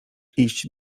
iść